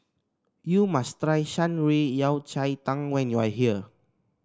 you must try Shan Rui Yao Cai Tang when you are here